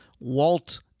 Walt